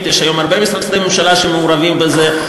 יש היום הרבה משרדי ממשלה שמעורבים בזה.